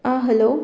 आं हलो